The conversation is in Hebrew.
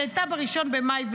היא הייתה ב-1 במאי,